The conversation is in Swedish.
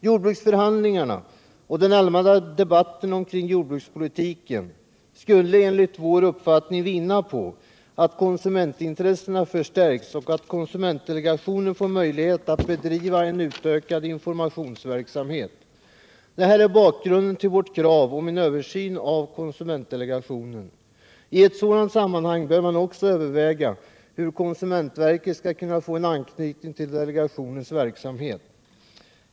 Jordbruksförhandlingarna och den allmänna debatten omkring jordbrukspolitiken skulle enligt vår uppfattning vinna på att konsumentintressena förstärks och att konsumentdelegationen får möjlighet att bedriva en utökad informationsverksamhet. Det är bakgrunden till vårt krav på en översyn av konsumentdelegationen. I ett sådant sammanhang bör man också överväga hur konsumentverket skall kunna få en anknytning till delegationens verksamhet.